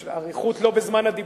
אני מבין שיש אריכות לא בזמן הדיבור,